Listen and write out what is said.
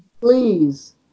please